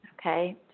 Okay